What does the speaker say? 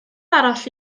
arall